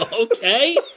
Okay